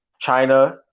China